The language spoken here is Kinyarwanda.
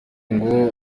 ngo